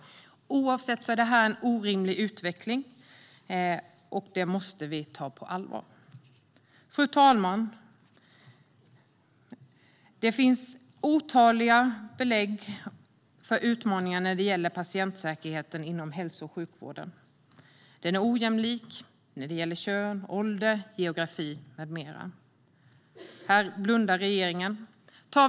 Oavsett är detta en orimlig utveckling, och det måste vi ta på allvar. Fru talman! Det finns otaliga belägg för utmaningar när det gäller patientsäkerheten inom hälso och sjukvården. Den är ojämlik när det gäller kön, ålder, geografi med mera. Här blundar regeringen.